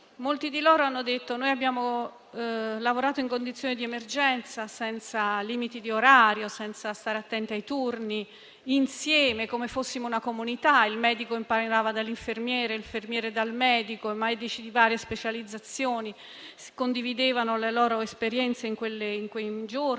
Molti di loro hanno detto di aver lavorato in condizioni di emergenza, senza limiti di orario, senza stare attenti ai turni, insieme, come fossero una comunità: il medico imparava dalle infermiere, le infermiere dal medico, medici di varie specializzazioni condividevano le loro esperienze in quei giorni